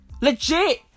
Legit